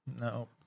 No